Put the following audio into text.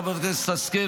חברת הכנסת השכל,